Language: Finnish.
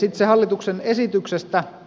itse hallituksen esityksestä